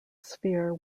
sphere